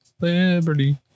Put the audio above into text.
Liberty